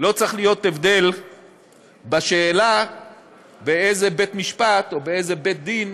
לא צריך להיות הבדל בשאלה באיזה בית משפט או באיזה בית דין